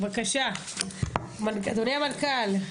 בבקשה אדוני המנכ"ל.